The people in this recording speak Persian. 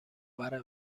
برای